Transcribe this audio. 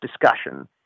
discussion